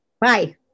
Bye